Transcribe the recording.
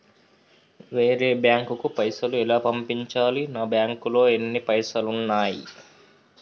వేరే బ్యాంకుకు పైసలు ఎలా పంపించాలి? నా బ్యాంకులో ఎన్ని పైసలు ఉన్నాయి?